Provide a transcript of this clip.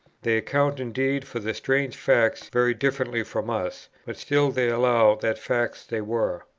they account indeed for the strange facts very differently from us but still they allow that facts they were.